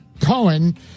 Cohen